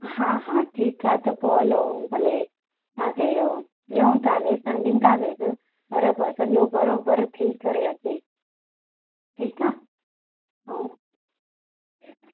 हा हा ठीकु आहे त पोइ हलो भले तव्हांखे इहो ॾियूं था लेसन ॾींदासीं पर सॼो घरो करे थी करे अचे ठीकु आहे ऐं